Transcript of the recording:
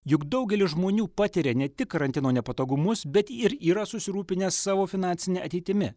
juk daugelis žmonių patiria ne tik karantino nepatogumus bet ir yra susirūpinę savo finansine ateitimi